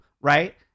right